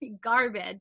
garbage